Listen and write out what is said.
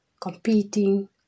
competing